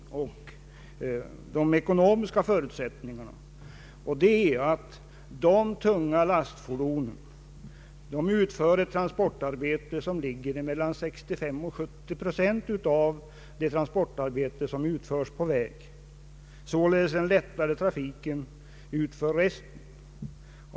Jag tänker då på att de tunga lastfordonen utför ett transportarbete som utgör mellan 65 och 70 procent av det totala transportarbetet på våra vägar. Det är således den lättare trafiken som utför resten.